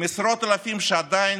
עם עשרות אלפים שעדיין,